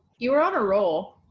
you were on a roll.